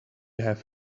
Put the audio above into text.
have